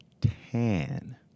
tan